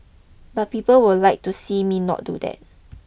but people would like to see me not do that